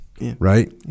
right